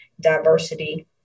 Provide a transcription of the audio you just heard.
diversity